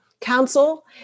council